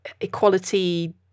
equality